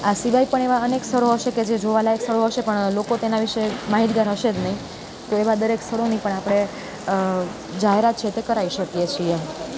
આ સિવાય પણ એવાં અનેક સ્થળો હશે કે જે જોવાલાયક સ્થળો હશે પણ લોકો તેનાં વિષે માહિતગાર હશે જ નહીં તો એવા દરેક સ્થળોની પણ આપણે જાહેરાત છે તે કરાવી શકીએ છીએ